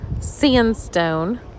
Sandstone